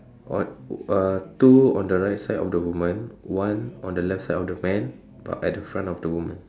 odd uh two on the right side of the woman one on the left side of the man but at the front of the woman